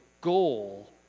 goal